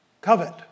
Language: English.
covet